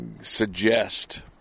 suggest